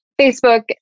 Facebook